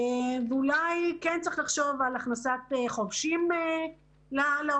אולי צריך לחשוב על הכנסת חובשים לאופרציה,